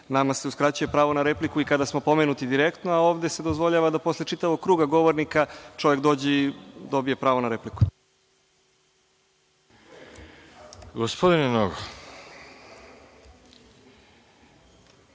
Nama se uskraćuje pravo na repliku i kada smo pomenuti direktno, a ovde se dozvoljava da posle čitavog kruga govornika čovek dođe i dobije pravo na repliku.